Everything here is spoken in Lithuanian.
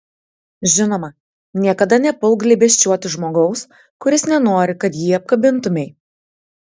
žinoma niekada nepulk glėbesčiuoti žmogaus kuris nenori kad jį apkabintumei